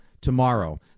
tomorrow